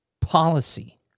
Policy